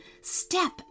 step